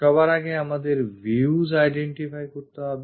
সবার আগে আমাদের views identify করতে হবে